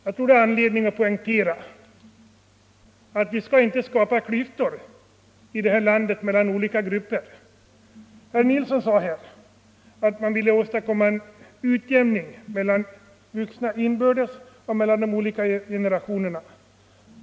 Jag tror det finns anledning att poängtera att vi inte skall skapa klyftor mellan olika grupper. Herr Nilsson i Kristianstad sade att man ville åstadkomma en utjämning mellan vuxna inbördes och mellan de olika generationerna.